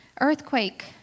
earthquake